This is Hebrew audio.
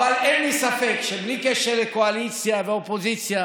אין לי ספק שבלי קשר לקואליציה ואופוזיציה,